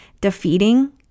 defeating